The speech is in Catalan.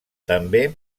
també